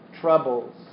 troubles